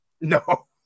no